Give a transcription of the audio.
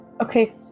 Okay